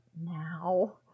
now